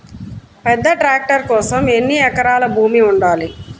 పెద్ద ట్రాక్టర్ కోసం ఎన్ని ఎకరాల భూమి ఉండాలి?